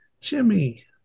Jimmy